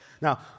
Now